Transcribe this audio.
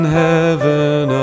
heaven